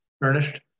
furnished